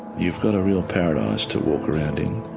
you've got a real paradise to walk around in.